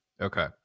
Okay